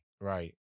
Right